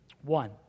One